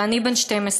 ואני בן 12,